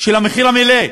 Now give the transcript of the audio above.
של המחיר המלא.